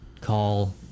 call